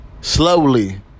slowly